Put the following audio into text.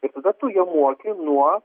ir tada tu jam moki nuo